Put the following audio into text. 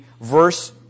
verse